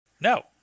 No